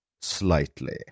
slightly